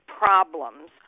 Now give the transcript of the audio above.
problems